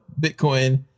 Bitcoin